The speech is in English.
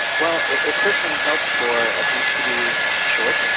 well, it certainly helped for a piece to be short.